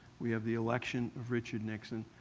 we have the election of richard nixon.